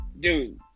dude